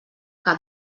que